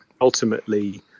ultimately